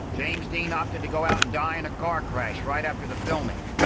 james dean opted to go out and die in a car crash right after the filming.